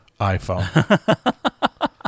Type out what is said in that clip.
iPhone